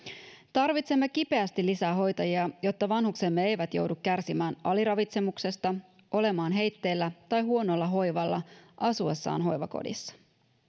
tarvitsemme kipeästi lisää hoitajia jotta vanhuksemme eivät joudu kärsimään aliravitsemuksesta olemaan heitteillä tai huonolla hoivalla asuessaan hoivakodissa